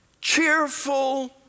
cheerful